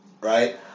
right